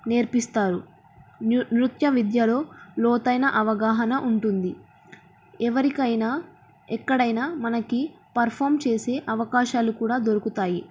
నేర్పిస్తారు న నృత్య విద్యలో లోతైన అవగాహన ఉంటుంది ఎవరికైనా ఎక్కడైనా మనకి పర్ఫామ్ చేసే అవకాశాలు కూడా దొరుకుతాయి